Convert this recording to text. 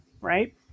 right